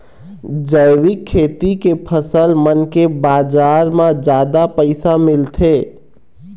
जैविक खेती के फसल मन के बाजार म जादा पैसा मिलथे